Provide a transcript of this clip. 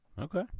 Okay